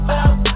out